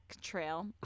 Trail